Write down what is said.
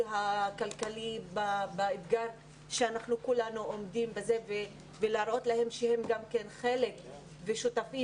והכלכלי באתגר שכולנו עומדים בו ולהראות להם שגם הם חלק ושותפים